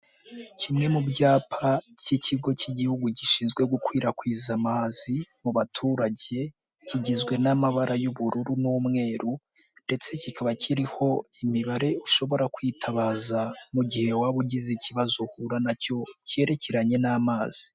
Kimwe mu byapa cy'ikigo cy'Igihugu gishinzwe gukwirakwiza amazi mu baturage, kigizwe n'amabara y'ubururu n'umweru ndetse kikaba kiriho imibare ushobora kwitabaza mu gihe waba ugize ikibazo uhura nacyo cyerekeranye n'amazi.